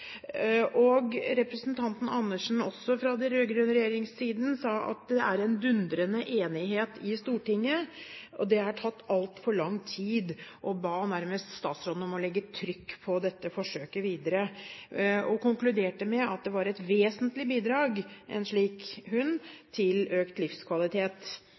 Representanten Andersen, også fra den rød-grønne regjeringssiden, sa at det er en «dundrende enighet» i Stortinget, og at det har tatt altfor lang tid. Hun ba nærmest statsråden om å legge trykk på dette forsøket videre, og konkluderte med at en slik hund er et vesentlig bidrag til økt livskvalitet.